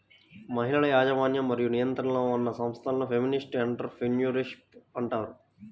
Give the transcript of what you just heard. మహిళల యాజమాన్యం మరియు నియంత్రణలో ఉన్న సంస్థలను ఫెమినిస్ట్ ఎంటర్ ప్రెన్యూర్షిప్ అంటారు